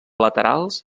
laterals